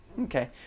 Okay